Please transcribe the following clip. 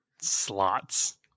slots